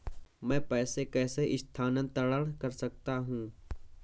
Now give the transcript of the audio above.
मैं पैसे कैसे स्थानांतरण कर सकता हूँ?